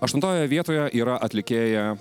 aštuntojoje vietoje yra atlikėja